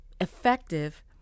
effective